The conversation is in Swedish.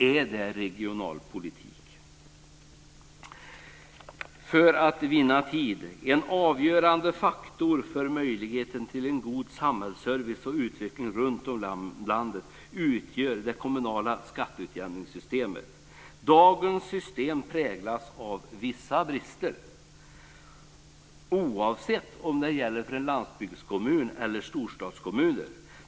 Är det en bra regional politik? En avgörande faktor för möjligheten till en god samhällsservice och utveckling runtom i landet är det kommunala skatteutjämningssystemet. Dagens system präglas av vissa brister, oavsett om det gäller landsbygdskommuner eller storstadskommuner.